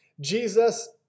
Jesus